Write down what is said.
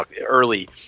early